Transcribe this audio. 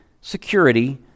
security